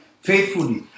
faithfully